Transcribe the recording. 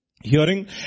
Hearing